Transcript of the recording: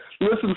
Listen